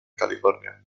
california